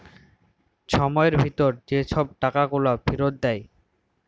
ছময়ের ভিতরে যে ছব গুলা টাকা ফিরত দেয়